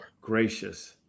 Gracious